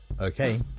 Okay